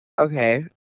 Okay